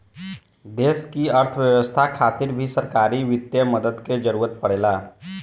देश की अर्थव्यवस्था खातिर भी सरकारी वित्तीय मदद के जरूरत परेला